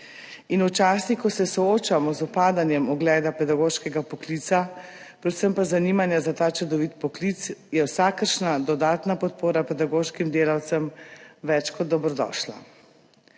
In v časih, ko se soočamo z upadanjem ugleda pedagoškega poklica, predvsem pa zanimanja za ta čudovit poklic, je vsakršna dodatna podpora pedagoškim delavcem več kot dobrodošla.